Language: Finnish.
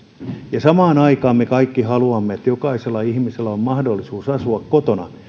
ja samaan aikaan me kaikki haluamme että jokaisella ihmisellä on mahdollisuus asua kotonaan